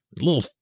Little